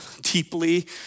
deeply